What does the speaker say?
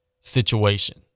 situation